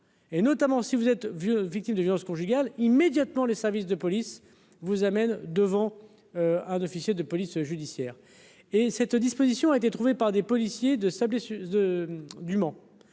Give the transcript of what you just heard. Et notamment si vous êtes vieux victime de violence conjugale, immédiatement les services de police vous amène devant un officier de police judiciaire et cette disposition a été trouvé par des policiers de sa blessure